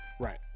Right